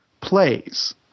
plays